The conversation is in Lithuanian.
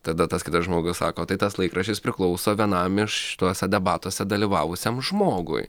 tada tas kitas žmogus sako tai tas laikraštis priklauso vienam iš tuose debatuose dalyvavusiam žmogui